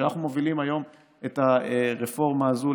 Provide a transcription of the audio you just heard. כשאנחנו מובילים היום את הרפורמה הזו,